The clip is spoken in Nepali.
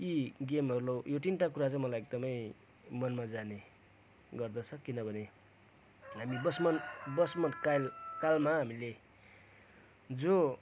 यी गेमहरू यो तिनटा कुरा चाहिँ मलाई एकदमै मनमा जाने गर्दछ किनभने हामी बसमन बचपन काल कालमा हामीले जो